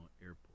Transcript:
Airport